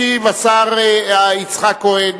משיב השר יצחק כהן.